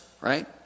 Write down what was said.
right